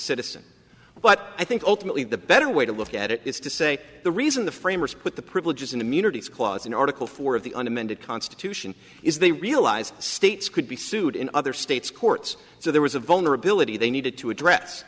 citizen but i think ultimately the better way to look at it is to say the reason the framers put the privileges and immunities clause in article four of the an amended constitution is they realize states could be sued in other states courts so there was a vulnerability they needed to address